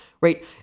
right